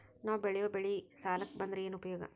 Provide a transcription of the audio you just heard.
ನಾವ್ ಬೆಳೆಯೊ ಬೆಳಿ ಸಾಲಕ ಬಂದ್ರ ಏನ್ ಉಪಯೋಗ?